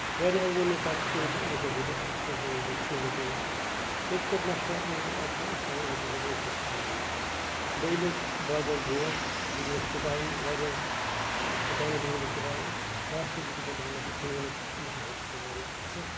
واریہو ووٚن مےٚ پَتہٕ تُہۍ أنِو سا ہیٖٹر تَمہِ سۭتۍ چھےٚ واریاہ سہوٗلیت یِوان مےٚ تہِ کوٚر مَشورٕ مےٚ دوٚپ اَدٕ کیاہ أسۍ تہِ اَنو ییٚمہِ سۭتۍ اَسہِ آرام ملہِ بہٕ ییٚمہِ وِزِ بازر گوس بہٕ گوس چُکاونہِ واریہو دُکانو پٮ۪ٹھ گوس بہٕ چُکاونہِ لاسٹس دوٚپُکھ مےٚ اِنڈکشن ہیٖٹر چھُ واریاہ اَصٕل